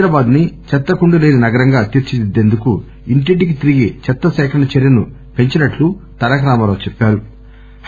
హైదరాబాద్ ని చెత్తకుండీ లేని నగరంగా తీర్చిదిద్దేందుకు ఇంటింటికీ తిరిగి చెత్త సేకరణ చర్యను పెంచినట్లు తారక రామారావు అన్నా రు